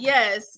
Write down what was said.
Yes